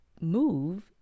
move